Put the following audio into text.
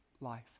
life